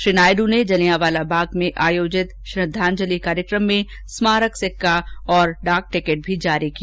श्री नायडू ने जलियांवाला बाग में आयोजित श्रद्वांजजि कार्यक्रम में स्मारक सिक्का और डाक टिकट भी जारी किया